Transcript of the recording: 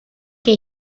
què